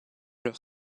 leur